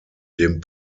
dem